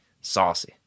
saucy